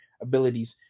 abilities